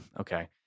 Okay